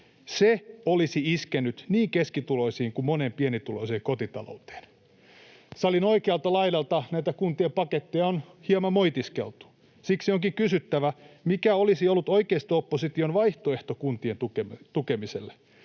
Se olisi iskenyt niin keskituloisiin kuin moneen pienituloiseenkin kotitalouteen. Salin oikealta laidalta näitä kuntien paketteja on hiukan moitiskeltu. Siksi onkin kysyttävä: mikä olisi ollut oikeisto-opposition vaihtoehto kuntien tukemiselle?